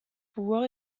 pouvoir